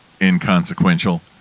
inconsequential